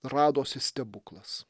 radosi stebuklas